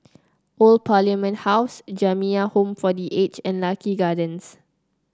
Old Parliament House Jamiyah Home for The Aged and Lucky Gardens